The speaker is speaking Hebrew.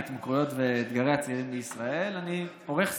ההתמכרויות ואתגרי הצעירים בישראל אני עורך סיורים,